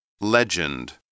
Legend